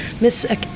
Miss